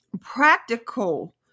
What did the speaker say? practical